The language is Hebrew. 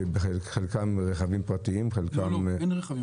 שחלקם רכבים פרטיים --- לא, לא.